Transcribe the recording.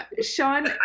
Sean